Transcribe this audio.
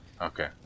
Okay